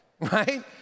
Right